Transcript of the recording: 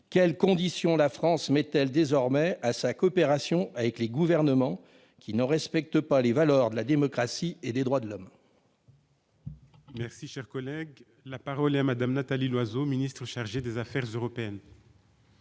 quelles conditions la France met-elle désormais à sa coopération avec les gouvernements qui ne respectent pas les valeurs de la démocratie et des droits de l'homme ?